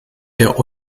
der